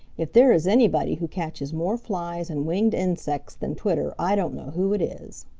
if there is anybody who catches more flies and winged insects than twitter, i don't know who it is.